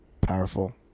Powerful